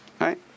Right